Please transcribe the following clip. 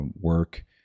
work